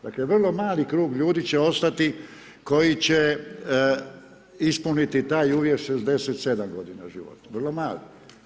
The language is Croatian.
Dakle, vrlo mali krug ljudi će ostati koji će ispuniti taj uvjet 67 godina života, vrlo mali.